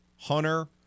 Hunter